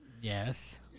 Yes